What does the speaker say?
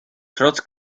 trotz